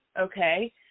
okay